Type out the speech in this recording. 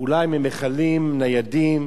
אולי ממכלים ניידים,